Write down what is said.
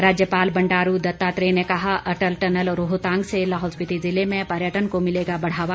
राज्यपाल बंडारू दत्तात्रेय ने कहा अटल टनल रोहतांग से लाहौल स्पिति जिले में पर्यटन को मिलेगा बढ़ावा